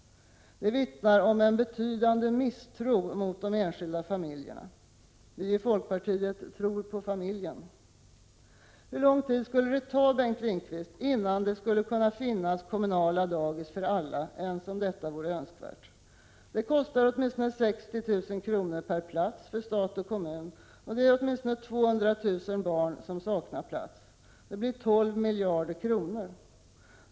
Det vittnar om en betydande misstro mot de enskilda familjerna. Vi i folkpartiet tror på familjen. Hur lång tid skulle det ta, Bengt Lindqvist, innan det — om det vore önskvärt — skulle kunna finnas kommunala dagis för alla? Det kostar åtminstone 60 000 kr. per plats för stat och kommun, och det är åtminstone 200 000 barn som saknar plats. Det blir 12 miljarder kronor.